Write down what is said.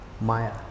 Maya